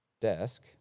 desk